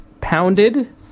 Pounded